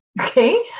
Okay